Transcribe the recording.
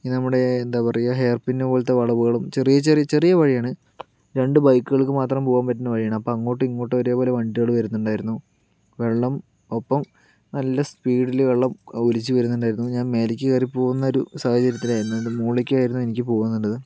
പിന്നെ നമ്മുടെ എന്താ പറയുക ഹെയർപിൻ പോലത്തെ വളവുകളും ചെറിയ ചെറിയ ചെറിയ വഴിയാണ് രണ്ട് ബൈക്കുകൾക്ക് മാത്രം പോകാൻ പറ്റുന്ന വഴിയാണ് അപ്പൊൾ അങ്ങോട്ടും ഇങ്ങോട്ടും ഓരേ പോലെ വണ്ടികള് വരുന്നുണ്ടായിരുന്നു വെള്ളം അപ്പം നല്ല സ്പീഡിൽ വെള്ളം ഒലിച്ച് വരുന്നുണ്ടായിരുന്നു ഞാൻ മേലേക്ക് കേറിപോകുന്നൊരു സാഹചര്യത്തിലായിരുന്നു അതിൻറ്റെ മുകളിലെകായിരുന്നു എനിക്ക് പോകേണ്ടത്